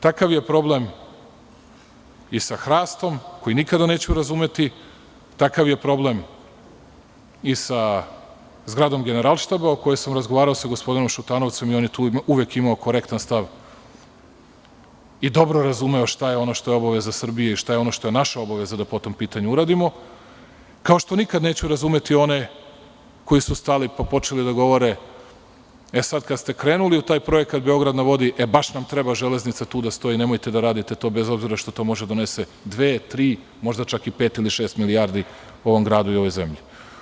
Takav je problem i sa hrastom, koji nikada neću razumeti, takav je problem i sa zgradom Generalštaba o kojoj sam razgovarao sa gospodinom Šutanovcem i on je tu uvek imao korektan stav i dobro razumeo šta je ono što je obaveza Srbije i šta je ono što je naša obaveza da po tom pitanju uradimo, kao što nikada neću razumeti one koji su stali pa počeli da govore – sad kada ste krenuli u taj projekat „Beograd na vodi“, baš nam treba železnica tu da stoji, nemojte da radite to, bez obzira što to može da donese dve, tri, možda čak i pet ili šest milijardi ovom gradu i ovoj zemlji.